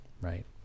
right